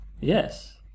yes